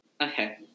Okay